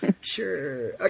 Sure